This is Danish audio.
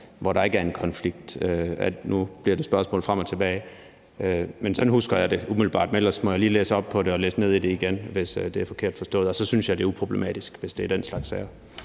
hvor der ikke er en konflikt. Nu bliver det spørgsmål frem og tilbage, men sådan husker jeg det umiddelbart – men ellers må jeg lige læse op på det og læse ned i det igen, hvis det er forkert forstået – og så synes jeg, det er uproblematisk, altså hvis det er den slags sager.